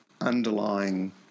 underlying